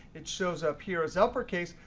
it shows up here as uppercase.